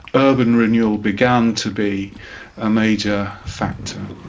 urban renewal began to be a major factor.